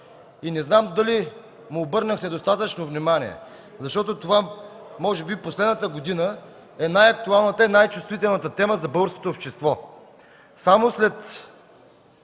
И не знам дали му обърнахте достатъчно внимание, защото това може би в последната година е най-актуалната, най-чувствителната тема за българското общество.